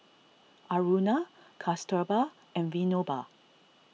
Aruna Kasturba and Vinoba